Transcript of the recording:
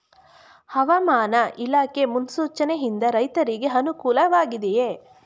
ಹವಾಮಾನ ಇಲಾಖೆ ಮುನ್ಸೂಚನೆ ಯಿಂದ ರೈತರಿಗೆ ಅನುಕೂಲ ವಾಗಿದೆಯೇ?